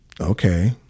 Okay